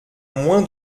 moins